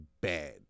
bad